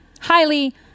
Highly